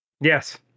yes